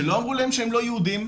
שלא אמרו להם שהם לא יהודים,